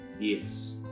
yes